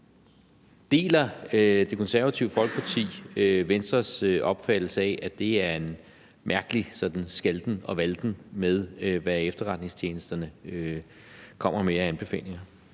Deler Det Konservative Folkeparti Venstres opfattelse af, at det er en mærkelig skalten og valten med, hvad efterretningstjenesterne kommer med af anbefalinger?